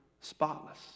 spotless